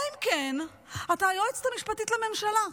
אלא אם כן אתה היועצת המשפטית לממשלה.